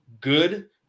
good